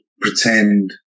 pretend